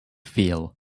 feel